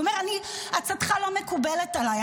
והוא יאמר: עצתך לא מקובלת עליי,